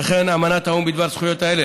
וכן אמנת האו"ם בדבר זכויות הילד,